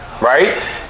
Right